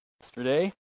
Yesterday